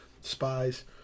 Spies